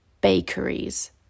bakeries